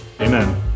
Amen